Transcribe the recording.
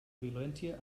violència